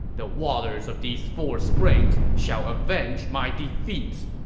the waters of these four springs shall avenge my defeats!